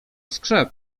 skrzep